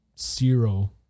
zero